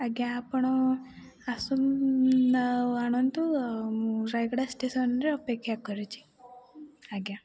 ଆଜ୍ଞା ଆପଣ ଆସ ଆଉ ଆଣନ୍ତୁ ଆଉ ମୁଁ ରାୟଗଡ଼ା ଷ୍ଟେସନରେ ଅପେକ୍ଷା କରିଛି ଆଜ୍ଞା